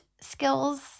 skills